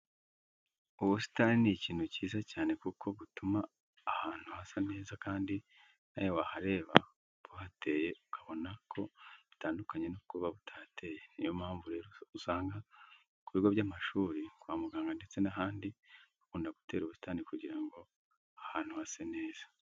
Ubusitani ni ikintu cyiza cyane kuko butuma ahantu hasa neza kandi nawe wahareba buhateye ukabona ko bitandukanye no kuba butahateye. Niyo mpamvu rero usanga ku bigo by'amashuri, kwa muganga ndetse n'ahandi bakunda gutera ubusitani kugira ngo ahantu hase neza.